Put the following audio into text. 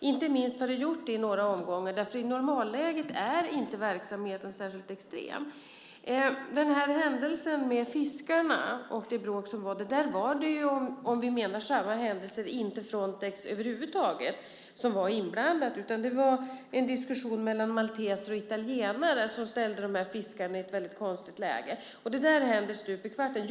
Inte minst har det varit så i några omgångar. Men i normalläget är verksamheten inte särskilt extrem. Händelsen med fiskarna och det bråk som uppstod var Frontex över huvud taget inte inblandat i, om vi menar samma händelse. Det var en diskussion mellan malteser och italienare som ställde de här fiskarna i ett väldigt konstigt läge. Det händer stup i kvarten.